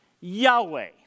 Yahweh